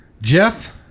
Jeff